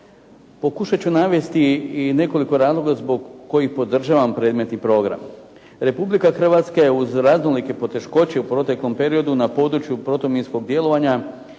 Pokušat ću navesti i nekoliko razloga zbog kojih podržavam predmetni program. Republika Hrvatska je uz raznolike poteškoće u proteklom periodu na području protuminskog djelovanja